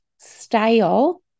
style